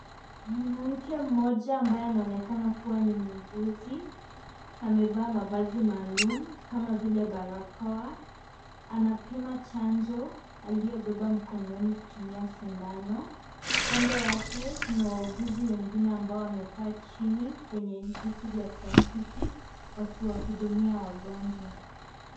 Mwanamke mmoja ambaye anaonekana kuwa ni muuguzi amevaa mavazi maalum kama vile barakoa. Anapima chanjo aliyobeba mkononi kutumia sindano. Kando yake kuna wauguzi wengine ambao wamekaa chini kwenye viti vya plastiki wakiwahudumia wagonjwa.